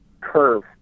curve